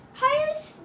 highest